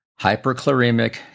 hyperchloremic